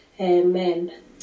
Amen